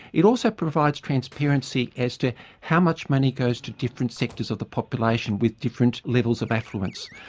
it also provides transparency as to how much money goes to different sectors of the population with different levels of affluence.